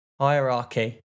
Hierarchy